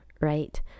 right